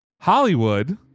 hollywood